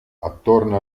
attorno